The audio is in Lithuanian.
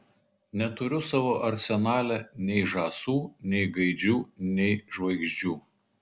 neturiu savo arsenale nei žąsų nei gaidžių nei žvaigždžių